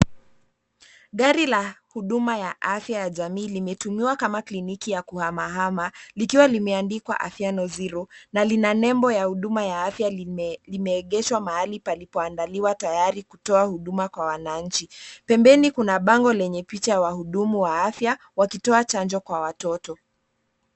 Gari la, huduma ya afya ya jamii limetumiwa kama kliniki ya kuhamahama, likiwa limeandikwa afya no zero , na lina nembo ya huduma ya afya limeegeshwa mahali palipoandaliwa tayari kutoa huduma kwa wananchi, pembeni kuna bango lenye picha ya wahudumu wa afya, wakitoa chanjo kwa watoto.